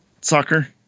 Soccer